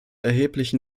erheblichen